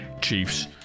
Chiefs